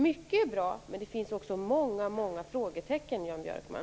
Mycket är bra, men det finns också många frågetecken, Jan Björkman!